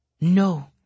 No